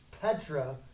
Petra